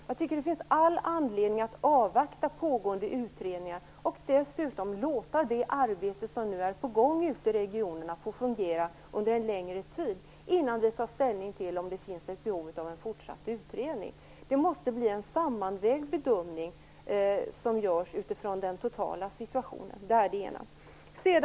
Jag tycker att det finns all anledning att avvakta pågående utredningar och att dessutom låta det arbete som nu är på gång ute i regionerna få fungera under en längre tid innan vi tar ställning till om det finns ett behov av en fortsatt utredning. Man måste göra en sammanvägd bedömning utifrån den totala situationen.